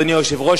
אדוני היושב-ראש,